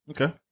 Okay